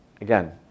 again